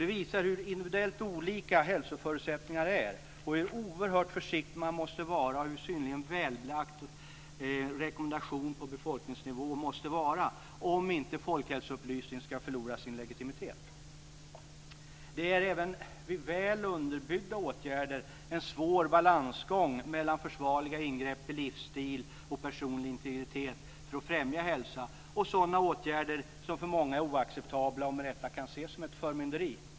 Det visar hur individuellt olika hälsoförutsättningarna är, hur oerhört försiktig man måste vara och hur synnerligen välbelagd en rekommendation på befolkningsnivå måste vara om inte folkhälsoupplysningen ska förlora sin legitimitet. Även vid väl underbyggda åtgärder är det en svår balansgång mellan försvarliga ingrepp i livsstil och personlig integritet för att främja hälsa och sådana åtgärder som för många är oacceptabla och med rätta kan ses som ett förmynderi.